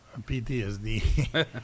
PTSD